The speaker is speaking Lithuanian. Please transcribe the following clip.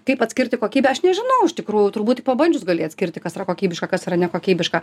kaip atskirti kokybę aš nežinau iš tikrųjų turbūt tik pabandžius gali atskirti kas yra kokybiška kas yra nekokybiška